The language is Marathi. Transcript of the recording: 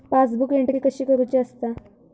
पासबुक एंट्री कशी करुची असता?